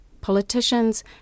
Politicians